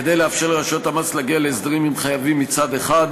כדי לאפשר לרשויות המס להגיע להסדרים עם חייבים מצד אחד,